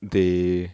they